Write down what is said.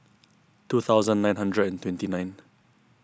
two thousand nine hundred and twenty nine